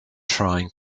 trying